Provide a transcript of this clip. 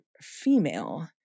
female